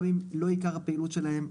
גם אם לא עיקר הפעילות שלהם,